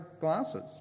glasses